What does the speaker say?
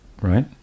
right